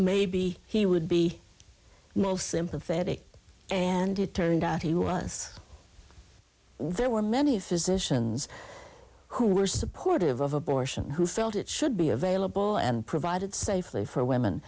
maybe he would be sympathetic and it turned out he was there were many physicians who were supportive of abortion who felt it should be available and provided safely for women